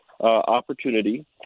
opportunity